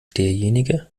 derjenige